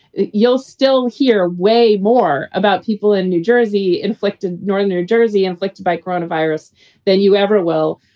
you'll still hear way more about people in new jersey inflicted northern new jersey inflicted by corona virus than you ever will.